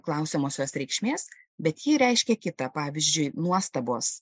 klausiamosios reikšmės bet ji reiškia kitą pavyzdžiui nuostabos